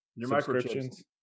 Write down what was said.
subscriptions